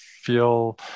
feel